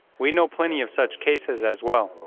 we know plenty of such cases as well.